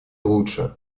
лучше